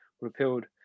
repealed